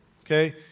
Okay